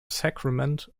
sacrament